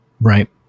Right